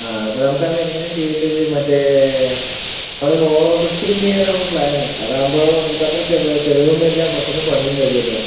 ആ അപ്പം നമുക്കതെങ്ങനെ ചെയ്യേണ്ടതെന്ന് വച്ചാൽ മറ്റേ നമ്മൾ ഹോളോ ബ്രിക്സിൽ ചെയ്യാനിപ്പോൾ പ്ലാന് അതാകുമ്പോൾ നമ്മൾക്കത്ര അത്ര ചിലവും വരില്ല പെട്ടെന്ന് പണിയും കഴിയുമല്ലോ